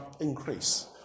increase